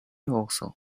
also